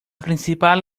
principal